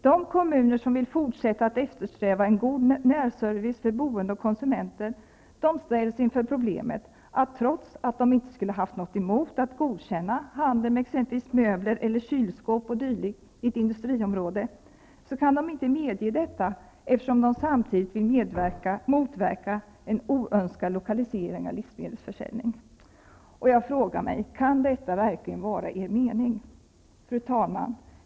De kommuner som vill fortsätta att eftersträva en god närservice för boende och konsumenter ställs inför problemet att de, trots att de inte skulle ha haft något emot att godkänna handel med t.ex. möbler, kylskåp o.d. i ett industriområde, inte kan medge detta, eftersom de samtidigt vill motverka en oönskad lokalisering av livsmedelsförsäljning. Jag frågar mig: Kan detta verkligen vara er mening? Fru talman!